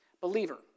believer